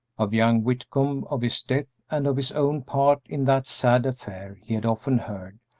of young whitcomb, of his death, and of his own part in that sad affair he had often heard,